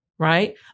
Right